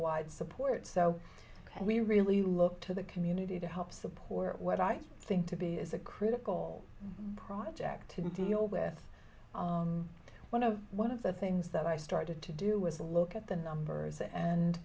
wide support so we really look to the community to help support what i think to be is a critical project to deal with one of one of the things that i started to do was look at the numbers and